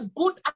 good